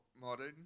modern